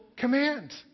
command